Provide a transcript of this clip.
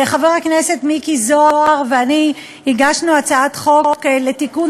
חבר הכנסת מיקי זוהר ואני הגשנו הצעת חוק לתיקון